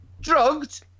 Drugged